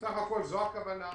בסך הכול, זו הכוונה.